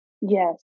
Yes